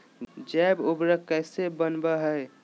जैव उर्वरक कैसे वनवय हैय?